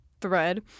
thread